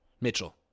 Mitchell